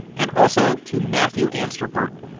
and also to matthew amster-burton.